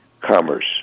commerce